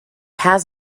has